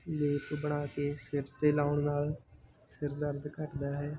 ਲੇਪ ਬਣਾ ਕੇ ਸਿਰ 'ਤੇ ਲਗਾਉਣ ਨਾਲ ਸਿਰ ਦਰਦ ਘੱਟਦਾ ਹੈ